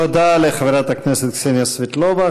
תודה לחברת הכנסת קסניה סבטלובה.